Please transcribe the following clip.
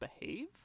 behave